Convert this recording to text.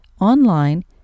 online